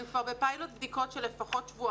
הם כבר בפיילוט בדיקות של לפחות שבועיים.